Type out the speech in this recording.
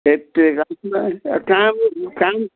हत्तेरीका काम